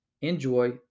enjoy